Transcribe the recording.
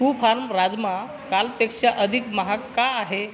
to फार्म राजमा कालपेक्षा अधिक महाग का आहे